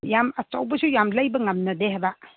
ꯌꯥꯝ ꯑꯆꯧꯕꯁꯨ ꯌꯥꯝ ꯂꯩꯕ ꯉꯝꯅꯗꯦ ꯍꯥꯏꯕ